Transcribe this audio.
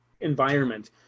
environment